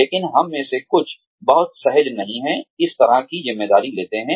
लेकिन हम में से कुछ बहुत सहज नहीं हैं इस तरह की ज़िम्मेदारी लेते हैं